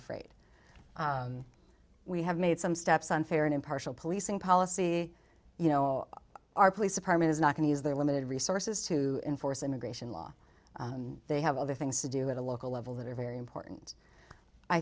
afraid we have made some steps on fair and impartial policing policy you know our police department is not going to use their limited resources to enforce immigration law they have other things to do at a local level that are very important i